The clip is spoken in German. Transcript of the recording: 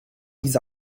diese